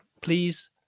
please